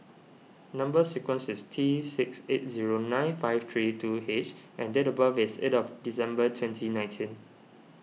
Number Sequence is T six eight zero nine five three two H and date of birth is eight of December twenty nineteen